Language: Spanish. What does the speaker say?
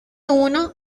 uno